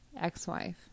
ex-wife